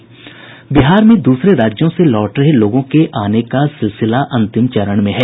बिहार में दूसरे राज्यों से लौट रहे लोगों के आने का सिलसिला अंतिम चरण में है